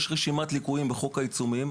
יש רשימת ליקויים בחוק העיצומים.